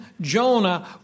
Jonah